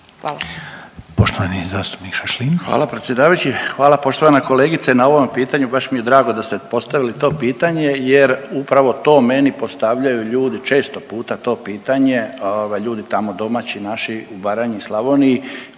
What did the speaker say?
Šašlin. **Šašlin, Stipan (HDZ)** Hvala predsjedavajući. Hvala poštovana kolegice na ovom pitanju, baš mi je drago da ste postavili to pitanje jer upravo to meni postavljaju ljudi često puta to pitanje, ovaj ljudi tamo domaći naši u Baranji i Slavoniji